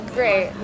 Great